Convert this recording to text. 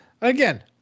again